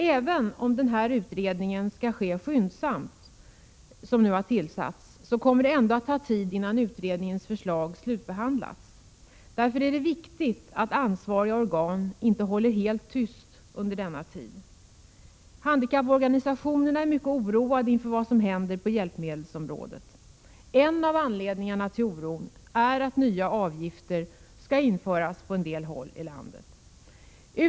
Även om den utredning som tillsatts skall ske skyndsamt, kommer det att ta tid, innan utredningens förslag slutbehandlats. Därför är det viktigt att ansvariga organ inte håller helt tyst under denna tid. Handikapporganisationerna är mycket oroade inför vad som händer på hjälpmedelsområdet. En av anledningarna till oron är att nya avgifter skall införas på en del håll i landet.